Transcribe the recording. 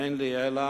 אין לי אלא